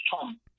Tom